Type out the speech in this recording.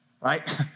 Right